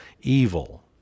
evil